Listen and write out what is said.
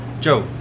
Joe